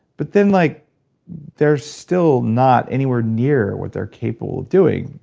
but then like they're still not anywhere near what they're capable of doing.